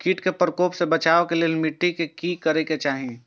किट के प्रकोप से बचाव के लेल मिटी के कि करे के चाही?